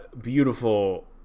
beautiful